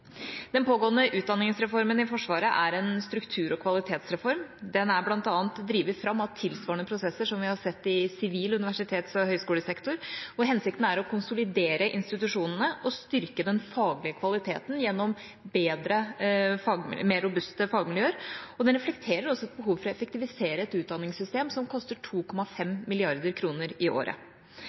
Den pågående utdanningsreformen i Forsvaret er en struktur- og kvalitetsreform. Den er bl.a. drevet fram av tilsvarende prosesser vi har sett i sivil universitets- og høyskolesektor, hvor hensikten er å konsolidere institusjonene og styrke den faglige kvaliteten gjennom bedre og mer robuste fagmiljøer. Den reflekterer også et behov for å effektivisere et utdanningssystem som koster 2,5 mrd. kr i året.